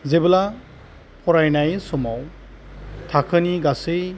जेब्ला फरायनाय समाव थाखोनि गासै